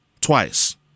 twice